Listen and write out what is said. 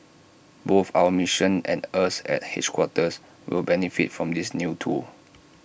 both our missions and us at headquarters will benefit from this new tool